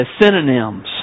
synonyms